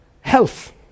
health